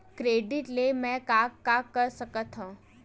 Credit ले मैं का का कर सकत हंव?